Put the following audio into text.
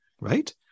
Right